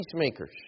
peacemakers